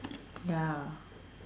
ya